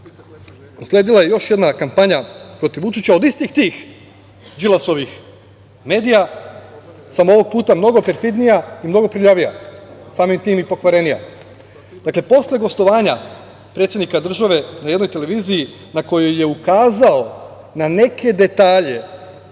usledila je još jedna kampanja protiv Vučića od istih tih Đilasovih medija, samo ovog puta mnogo perfidnija i mnogo prljavija, samim tim i pokvarenija. Dakle, posle gostovanja predsednika države na jednoj televiziji, na kojoj je ukazao na neke detalje